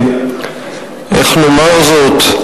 איך נאמר זאת?